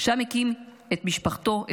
שם הקים את משפחתו,